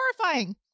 horrifying